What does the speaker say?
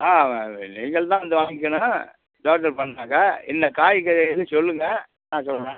ஆ நீங்கள் தான் வந்து வாங்கிக்கணும் பண்ணிணாக்கா என்ன காய்கறி வேணும் சொல்லுங்க நான் சொல்கிறேன்